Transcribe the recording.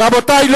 רבותי.